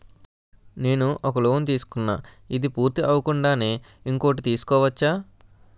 నేను ఒక లోన్ తీసుకున్న, ఇది పూర్తి అవ్వకుండానే ఇంకోటి తీసుకోవచ్చా?